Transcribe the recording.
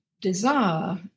desire